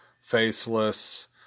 faceless